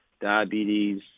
diabetes